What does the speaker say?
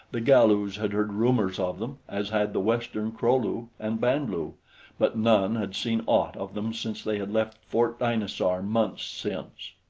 the galus had heard rumors of them, as had the western kro-lu and band-lu but none had seen aught of them since they had left fort dinosaur months since.